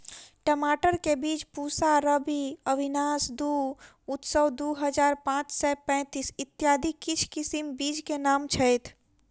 टमाटर केँ बीज पूसा रूबी, अविनाश दु, उत्सव दु हजार पांच सै पैतीस, इत्यादि किछ किसिम बीज केँ नाम छैथ?